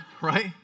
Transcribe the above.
right